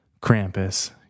Krampus